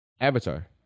Avatar